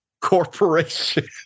corporation